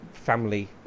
family